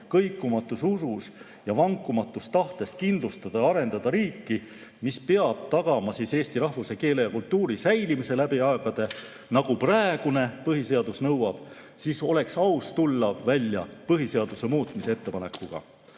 kõikumatus usus ja vankumatus tahtes kindlustada ja arendada riiki, mis peab tagama eesti rahvuse, keele ja kultuuri säilimise läbi aegade, nagu praegune põhiseadus nõuab, siis oleks aus tulla välja põhiseaduse muutmise ettepanekuga.